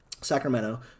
Sacramento